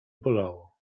bolało